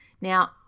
Now